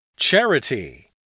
Charity